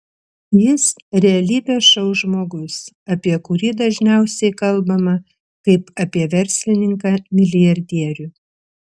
jis realybės šou žmogus apie kurį dažniausiai kalbama kaip apie verslininką milijardierių